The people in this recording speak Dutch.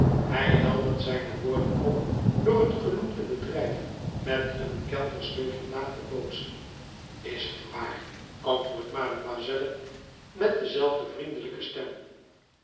hij heldert zijne woorden op door het genoemde bedrijf met den keldersleutel na te bootsen is het waar antwoordt mademoiselle met dezelfde vriendelijke stem